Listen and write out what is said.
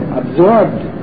absorbed